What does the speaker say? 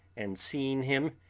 and seeing him,